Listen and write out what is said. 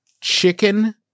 chicken